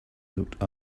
looked